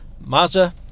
mazda